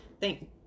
Thank